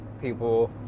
people